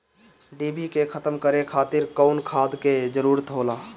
डिभी के खत्म करे खातीर कउन खाद के जरूरत होला?